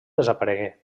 desaparegué